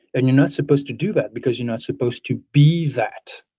and you're not supposed to do that because you're not supposed to be that.